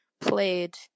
played